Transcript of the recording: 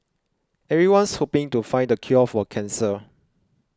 everyone's hoping to find the cure for cancer